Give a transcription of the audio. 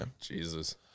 Jesus